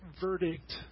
verdict